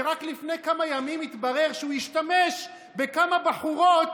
שרק לפני כמה ימים התברר שהוא השתמש בכמה בחורות